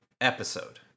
episode